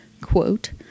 quote